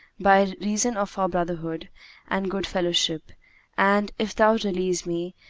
by reason of our brotherhood and good fellowship and, if thou release me,